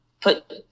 put